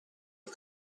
del